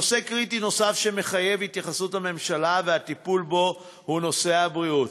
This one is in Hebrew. נושא קריטי נוסף שמחייב התייחסות הממשלה וטיפול בו הוא הבריאות.